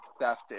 theft